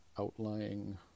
outlying